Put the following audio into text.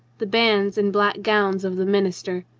the bands and black gown of the minister.